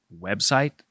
website